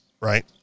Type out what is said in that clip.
Right